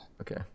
Okay